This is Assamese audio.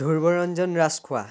ধ্ৰুৱৰঞ্জন ৰাজখোৱা